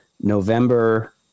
November